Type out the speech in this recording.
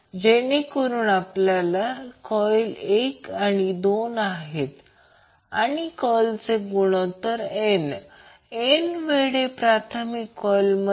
या दोघांमधील फरक याचा अर्थ असा आहे की ही रुंदी येथून इथपर्यंत याला बँडविड्थ म्हणतात